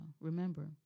remember